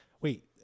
wait